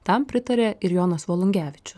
tam pritaria ir jonas volungevičius